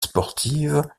sportive